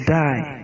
die